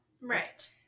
Right